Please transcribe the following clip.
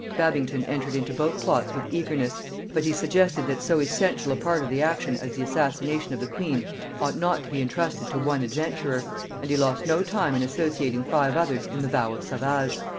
babington entered into both plots with eagerness but he suggested, that so essential a part of the action as the assassination of the queen ought not to be intrusted to one adventurer and he lost no time in associating five others in the vow of savage,